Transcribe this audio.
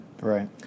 right